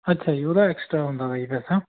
ਅੱਛਾ ਜੀ ਉਹਦਾ ਐਕਸਟਰਾ ਹੁੰਦਾ ਗਾ ਜੀ ਪੈਸਾ